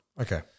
Okay